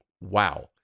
Wow